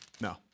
No